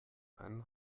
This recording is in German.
einen